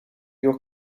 your